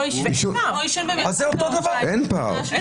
אני רוצה גם להודות לחברת הכנסת שרן השכל,